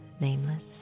nameless